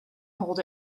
hold